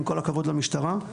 עם כל הכבוד למשטרה,